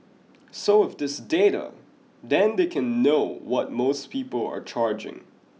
so with this data then they can know what most people are charging